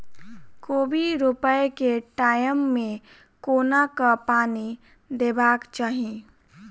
कोबी रोपय केँ टायम मे कोना कऽ पानि देबाक चही?